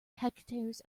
hectares